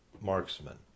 marksman